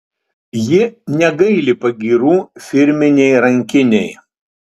ji negaili pagyrų firminei rankinei